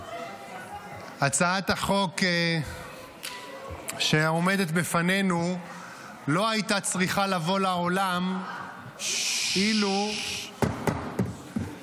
הצעת החוק שעומדת בפנינו לא הייתה צריכה לבוא לעולם אילו תאגיד